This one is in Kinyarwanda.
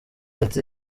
ati